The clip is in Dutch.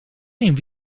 geen